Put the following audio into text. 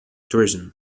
tourism